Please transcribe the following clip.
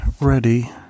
ready